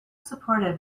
supported